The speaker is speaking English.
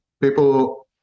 People